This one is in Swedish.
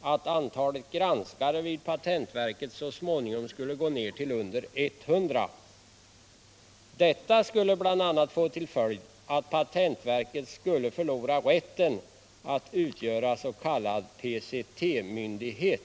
att antalet granskare vid pateniverket så småningom skulle gå ned till under 100. Detta skulle bl.a. få till följd att patentverket skulle förlora rätten att utgöra s.k. PCT-myndighet.